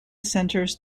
centers